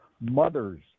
Mothers